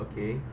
okay